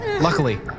luckily